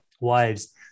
wives